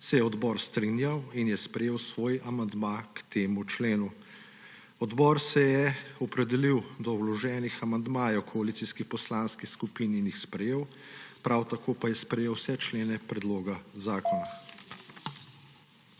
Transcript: se je odbor strinjal in je sprejel svoj amandma k temu členu. Odbor se je opredelil do vloženih amandmajev koalicijskih poslanskih skupin in jih sprejel, prav tako pa je sprejel vse člene predloga zakona.